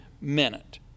minute